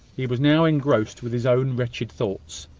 he was now engrossed with his own wretched thoughts.